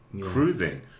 cruising